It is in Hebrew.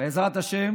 בעזרת השם